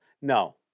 No